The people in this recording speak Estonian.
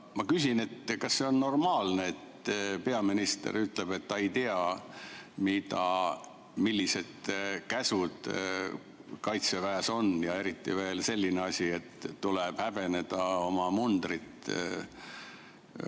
ma küsin, kas see on normaalne, et peaminister ütleb, et ta ei tea, millised käsud Kaitseväes on, ja eriti veel seda, et tuleb häbeneda oma mundrit 9.